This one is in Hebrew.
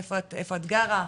איפה את גרה?